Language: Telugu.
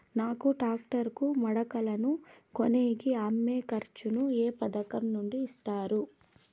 నాకు టాక్టర్ కు మడకలను కొనేకి అయ్యే ఖర్చు ను ఏ పథకం నుండి ఇస్తారు?